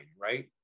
right